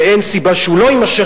ואין סיבה שהוא לא יימשך,